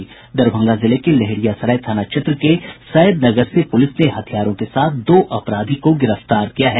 दरभंगा जिले के लहेरिया सराय थाना क्षेत्र के सैदनगर से पूलिस ने हथियारों के साथ दो अपराधी को गिरफ्तार किया है